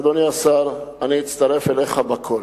ואדוני השר, אני אצטרף אליך לכול,